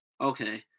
okay